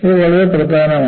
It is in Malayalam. ഇത് വളരെ പ്രധാനമാണ്